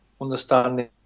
understanding